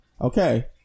Okay